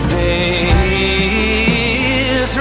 a